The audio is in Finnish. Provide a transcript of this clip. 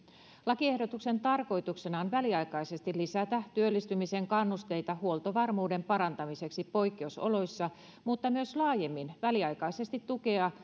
lakiehdotuksen tarkoituksena on väliaikaisesti lisätä työllistymisen kannusteita huoltovarmuuden parantamiseksi poikkeusoloissa mutta myös laajemmin väliaikaisesti tukea